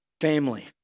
family